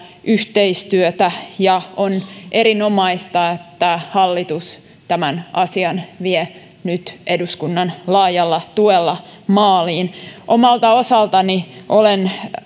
yhteistyötä ja on erinomaista että hallitus tämän asian vie nyt eduskunnan laajalla tuella maaliin omalta osaltani olen